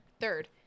Third